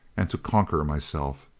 and to conquer myself.